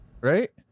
right